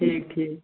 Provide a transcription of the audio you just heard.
ٹھیٖک ٹھیٖک